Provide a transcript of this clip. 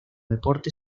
deporte